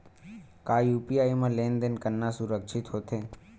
का यू.पी.आई म लेन देन करना सुरक्षित होथे?